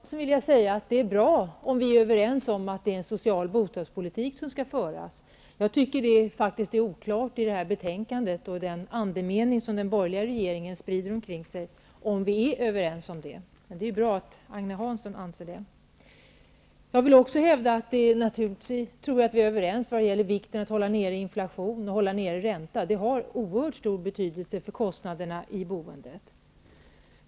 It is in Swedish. Herr talman! Till Agne Hansson vill jag säga att det är bra om vi är överens om att det är en social bostadspolitik som skall föras. Jag tycker faktiskt att det är oklart i det här betänkandet och i den andemening som den borgerliga regeringen sprider omkring sig huruvida vi är överens om det. Men det är bra att Agne Hansson anser det. Jag vill också hävda att vi är överens om vikten av att hålla nere inflation och ränta. Det har oerhört stor betydelse för kostnaderna i boendet.